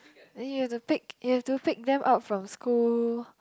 then you have to pick you have to pick them up from school